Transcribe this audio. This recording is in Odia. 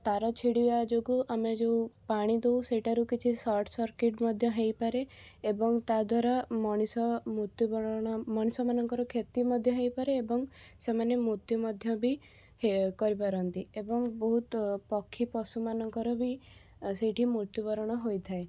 ତାର ଛିଡ଼ିବା ଯୋଗୁଁ ଆମେ ଯେଉଁ ପାଣି ଦଉ ସେଇଠାରୁ କିଛି ସର୍ଟ ସର୍କିଟ ମଧ୍ୟ ହେଇପାରେ ଏବଂ ତାଦ୍ଵାରା ମଣିଷ ମୃତ୍ୟୁବରଣ ମଣିଷ ମାନଙ୍କର କ୍ଷତି ମଧ୍ୟ ହେଇପାରେ ଏବଂ ସେମାନେ ମୃତ୍ୟୁ ମଧ୍ୟ ବି ହେ କରିପାରନ୍ତି ଏବଂ ବହୁତ ପକ୍ଷୀ ପଶୁମାନଙ୍କର ବି ସେଇଠି ମୃତ୍ୟୁବରଣ ହୋଇଥାଏ